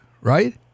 Right